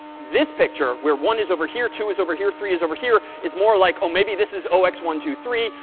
this picture, where one is over here, two is over here, three is over here is more like, oh, maybe this is zero x one two three.